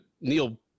Neil